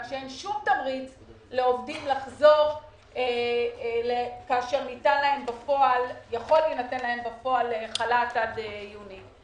שאין שום תמריץ לעובדים לחזור כאשר יכול להינתן להם בפועל חל"ת עד יוני.